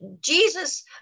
Jesus